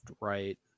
right